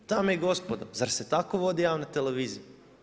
Dame i gospodo, zar se tako vodi javna televizija?